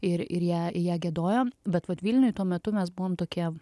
ir ir ją ją giedojo bet vat vilniuj tuo metu mes buvom tokie